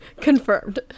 confirmed